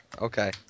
Okay